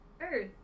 earth